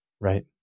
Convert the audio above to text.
Right